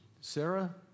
Sarah